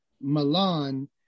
Milan